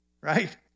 right